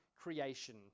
creation